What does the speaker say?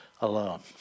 alone